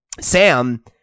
Sam